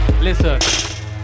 Listen